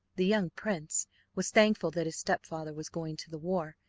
the young prince was thankful that his stepfather was going to the war,